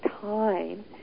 time